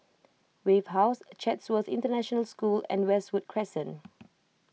Wave House Chatsworth International School and Westwood Crescent